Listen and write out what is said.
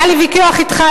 היה לי ויכוח אתך,